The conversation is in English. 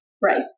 right